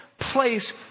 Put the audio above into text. place